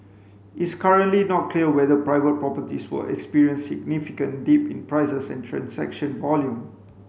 it's currently not clear whether private properties will experience significant dip in prices and transaction volume